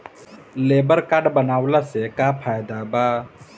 Labour card बनवाला से का फायदा बा?